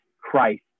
Christ